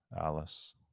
Alice